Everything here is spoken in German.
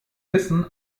wissen